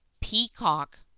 Peacock